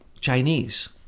Chinese